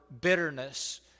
bitterness